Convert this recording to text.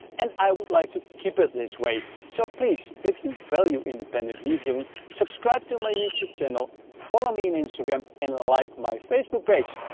and i would like to keep it this way so please if you value independent reviewing subscribe to my youtube channel, follow me in instagram and like my facebook page.